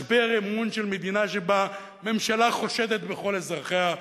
משבר אמון של מדינה שבה ממשלה חושדת בכל אזרחיה,